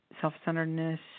self-centeredness